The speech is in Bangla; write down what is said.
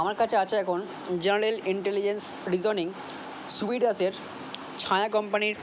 আমার কাছে আছে এখন জার্নাল ইন্টেলিজেন্স রিজনিং সুবীর দাসের ছায়া কম্পানির